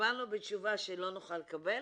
וקיבלנו תשובה שלא נוכל לקבל,